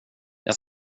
jag